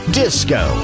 disco